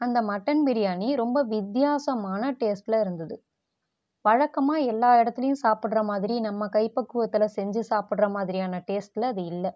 அந்த மட்டன் பிரியாணி ரொம்ப வித்தியாசமான டேஸ்ட்டில் இருந்தது வழக்கமாக எல்லா இடத்துலயும் சாப்பிட்ற மாதிரி நம்ம கை பக்குவத்தில் செஞ்சு சாப்பிடுற மாதிரியான டேஸ்ட்டில் அது இல்லை